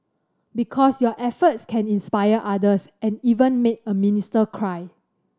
because your efforts can inspire others and even make a minister cry